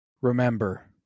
Remember